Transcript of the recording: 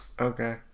Okay